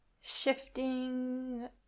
shifting